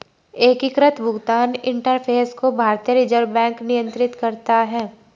एकीकृत भुगतान इंटरफ़ेस को भारतीय रिजर्व बैंक नियंत्रित करता है